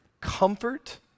comfort